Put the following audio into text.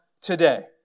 today